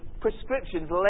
prescriptions